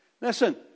Listen